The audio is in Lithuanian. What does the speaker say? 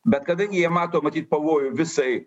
bet kadangi jie mato matyt pavojų visai